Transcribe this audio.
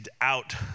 out